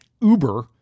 Uber